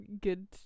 good